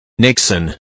Nixon